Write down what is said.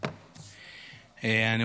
אדוני היושב-בראש,